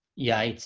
yeah,